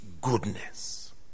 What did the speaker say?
goodness